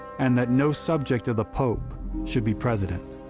and that no subject of the pope should be president.